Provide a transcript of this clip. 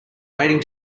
waiting